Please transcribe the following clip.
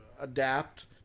adapt